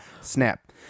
snap